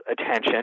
attention